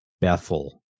Bethel